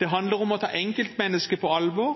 Det handler om å ta enkeltmennesket på alvor